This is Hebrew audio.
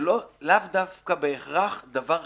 לאו דווקא דבר חדש.